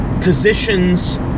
positions